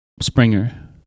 Springer